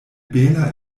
bela